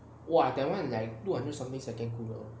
!wah! that [one] like do until something second cool down